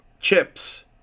chips